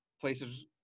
places